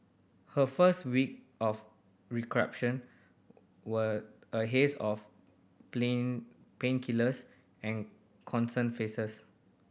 her first week of recuperation were a haze of plain painkillers and concerned faces